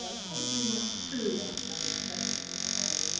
ah fortunately, not too often over the census as a whole,